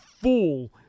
fool